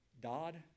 dodd